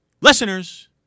listeners